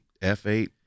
F8